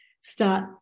start